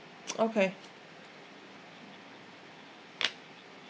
okay